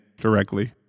directly